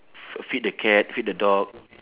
f~ feed the cat feed the dog